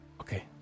Okay